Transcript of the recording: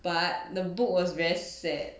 but the book was very sad